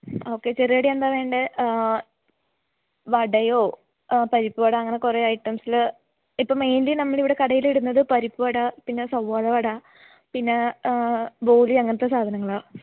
okay ചെറുകടി എന്താണ് വേണ്ടത് വടയോ പരിപ്പുവട അങ്ങനെ കുറെ ഐറ്റംസില് ഇപ്പോള് മെയിൻലി നമ്മളിവിടെ കടയിലിടുന്നത് പരിപ്പുവട പിന്നെ സവോള വട പിന്നെ ബോളി അങ്ങനത്തെ സാധനങ്ങളാണ്